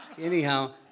Anyhow